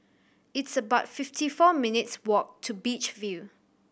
it's about fifty four minutes' walk to Beach View